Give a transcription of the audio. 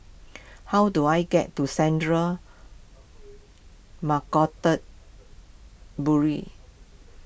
how do I get to Central Narcotics Bureau